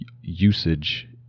usage